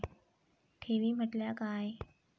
ठेवी म्हटल्या काय?